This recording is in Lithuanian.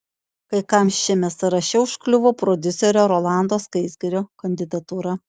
kai kam šiame sąraše užkliuvo prodiuserio rolando skaisgirio kandidatūra